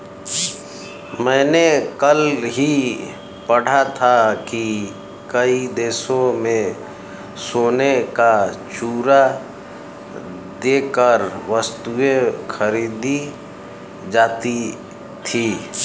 मैंने कल ही पढ़ा था कि कई देशों में सोने का चूरा देकर वस्तुएं खरीदी जाती थी